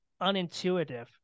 unintuitive